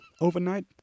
Overnight